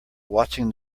watching